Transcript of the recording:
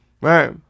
right